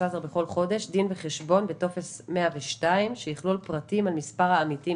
בכל חודש דין וחשבון בטופס 102 שיכלול פרטים על מספר העמיתים